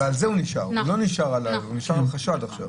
ועל זה הוא נשאר, הוא נשאר על חשד עכשיו?